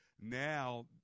Now